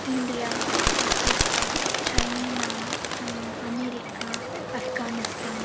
India Pakistan China America Afghanistan